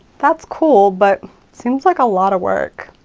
that's cool, but seems like a lotta work,